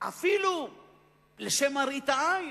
אפילו לשם מראית עין.